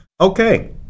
okay